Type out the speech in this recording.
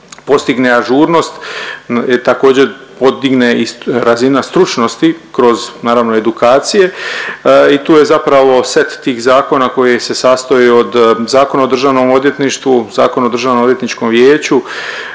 postigne ažurnost, također podigne i razina stručnosti kroz naravno edukacije. I tu je zapravo set tih zakona koji se sastoje od Zakona o Državnom odvjetništvu, Zakona o Državno odvjetničkom vijeću,